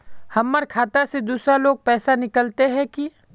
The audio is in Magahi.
हमर खाता से दूसरा लोग पैसा निकलते है की?